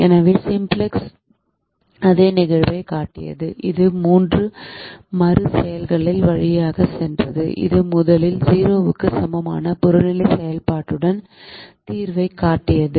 எனவே சிம்ப்ளக்ஸ் அதே நிகழ்வைக் காட்டியது அது மூன்று மறு செய்கைகள் வழியாகச் சென்றது இது முதலில் 0 க்கு சமமான புறநிலை செயல்பாட்டுடன் தீர்வைக் காட்டியது